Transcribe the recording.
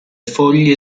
foglie